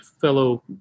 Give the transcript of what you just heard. fellow